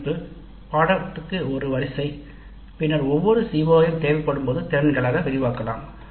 பின்னர் தேவைப்படும்போது ஒவ்வொரு CO ஐ திறன்களாக விரிவாக்கம் செய்யலாம்